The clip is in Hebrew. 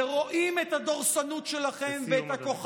ורואים את הדורסנות שלכם, לסיום, אדוני.